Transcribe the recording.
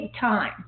time